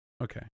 Okay